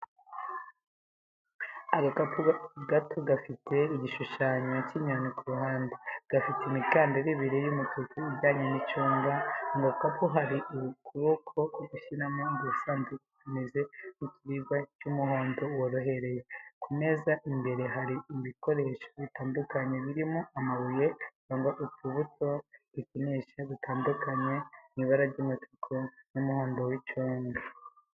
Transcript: Agakapu gato gafite igishushanyo cy’inyoni ku ruhande, gafite imikandara ibiri y’umutuku ujyanye n’icunga. Mu gakapu, hari ukuboko gushyiramo agasanduku kameze nk'ikiribwa ku muhondo worohereje. Ku meza imbere hari ibikoresho bitandukanye birimo, amabuye cyangwa utubuto dukinisha dutandukanye mu ibara ry’umutuku, umuhondo n’icunga.